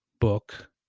book